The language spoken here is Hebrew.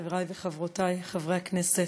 חברי וחברותי חברי הכנסת,